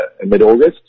mid-August